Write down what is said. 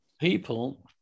people